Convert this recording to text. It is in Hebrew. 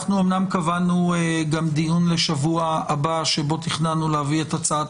אנחנו אמנם קבענו גם דיון לשבוע הבא בו תכננו להביא את הצעת